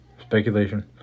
Speculation